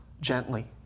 gently